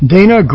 Dana